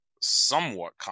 somewhat